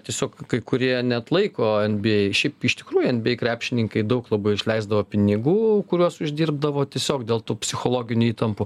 tiesiog kai kurie neatlaiko nbi šiaip iš tikrųjų nbi krepšininkai daug labai išleisdavo pinigų kuriuos uždirbdavo tiesiog dėl tų psichologinių įtampų